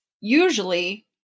usually